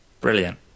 Brilliant